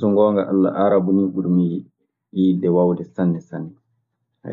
So ngoonga Alla, aarab nii ɓuri mi yiɗde, yiɗde waawude sanne sanne.